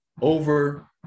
over